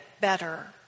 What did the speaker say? better